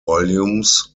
volumes